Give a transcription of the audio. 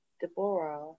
Deborah